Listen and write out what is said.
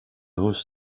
was